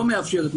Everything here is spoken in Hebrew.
לא מאפשרת,